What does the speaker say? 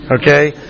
Okay